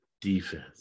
defense